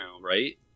right